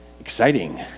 Exciting